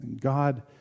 God